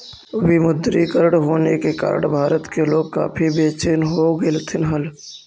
विमुद्रीकरण होने के कारण भारत के लोग काफी बेचेन हो गेलथिन हल